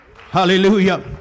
hallelujah